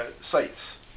sites